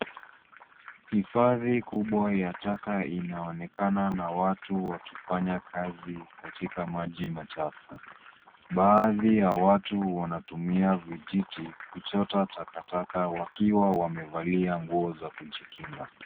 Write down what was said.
Hifadhi kubwa ya taka inaonekana na watu wakifanya kazi katika maji machafu. Baadhi ya watu wanatumia vijiti kuchota takataka wakiwa mamevalia nguo za kujikinga.